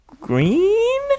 green